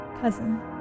Cousin